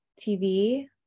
TV